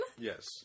Yes